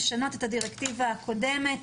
לשנות את הדירקטיבה הקודמת,